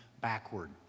backward